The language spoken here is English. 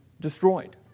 destroyed